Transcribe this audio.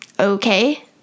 Okay